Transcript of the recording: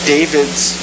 David's